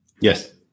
Yes